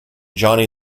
johnny